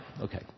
Okay